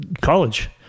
college